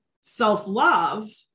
self-love